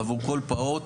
עבור כל פעוט.